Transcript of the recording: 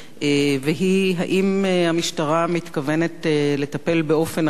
והיא האם המשטרה מתכוונת לטפל באופן אחר,